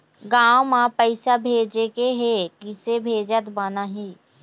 गांव म पैसे भेजेके हे, किसे भेजत बनाहि?